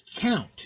count